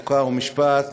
חוק ומשפט,